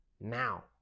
now